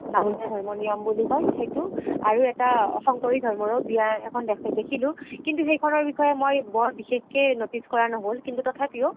বামুণীয়া ধৰ্মৰ নিয়ম বুলি কয় সেইটো আৰু এটা শংকৰী ধৰ্মৰো বিয়া এখন দেখিলোঁ কিন্তু সেইখনৰ বিষয়ে মই বৰ বিশেষকৈ নটিছ কৰা নহ'ল কিন্তু তথাপিও